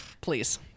Please